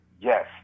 yes